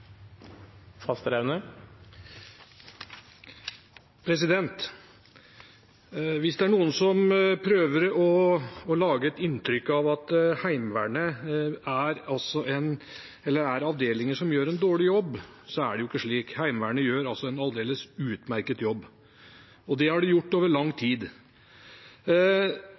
noen som prøver å skape et inntrykk av at Heimevernet er avdelinger som gjør en dårlig jobb, er det jo ikke slik. Heimevernet gjør en aldeles utmerket jobb, og det har de gjort over lang tid.